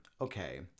Okay